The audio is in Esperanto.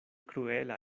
kruela